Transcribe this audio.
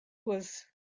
was